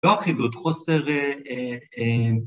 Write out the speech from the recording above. ‫לא אחידות. חוסר אה...